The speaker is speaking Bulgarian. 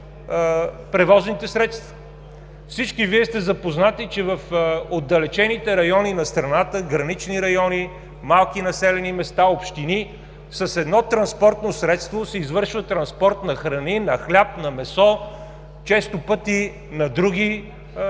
превозните средства. Всички Вие сте запознати, че в отдалечените райони на страната – гранични райони, малки населени места, общини, с едно транспортно средство се извършва транспорт на храни, на хляб, на месо, често пъти на други хранителни